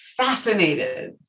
fascinated